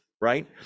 right